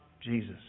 Jesus